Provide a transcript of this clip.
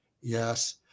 Yes